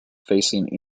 facing